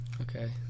Okay